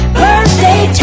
birthday